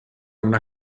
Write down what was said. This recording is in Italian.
una